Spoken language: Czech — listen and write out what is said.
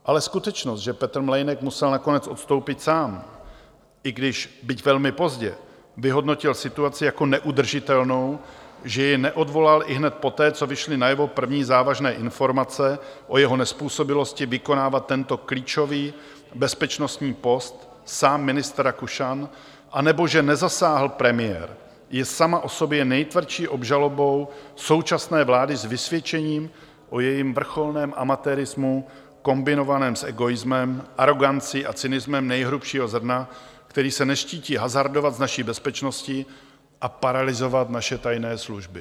Ale skutečnost, že Petr Mlejnek musel nakonec odstoupit sám, když, byť velmi pozdě, vyhodnotil situaci jako neudržitelnou, že jej neodvolal ihned poté, co vyšly najevo první závažné informace o jeho nezpůsobilosti vykonávat tento klíčový bezpečnostní post sám ministr Rakušan, anebo že nezasáhl premiér, je sama o sobě nejtvrdší obžalobou současné vlády s vysvědčením o jejím vrcholném amatérismu kombinovaném s egoismem, arogancí a cynismem nejhrubšího zrna, který se neštítí hazardovat s naší bezpečností a paralyzovat naše tajné služby.